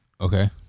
Okay